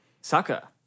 Saka